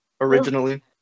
originally